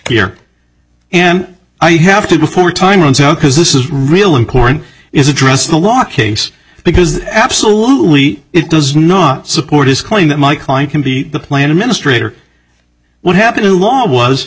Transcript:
here and i have to before time runs out because this is real important is addressed the law case because absolutely it does not support his claim that my client can be the plan administrator what happened in law was